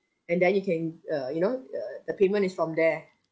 and then you can uh you know the the payment is from there